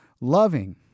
loving